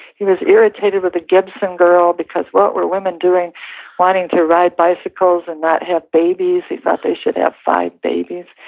he was irritated with a gibson girl because what were women doing wanting to ride bicycles and not have babies. he thought they should have five babies.